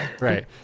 right